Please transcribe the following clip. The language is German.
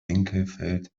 winkelfeld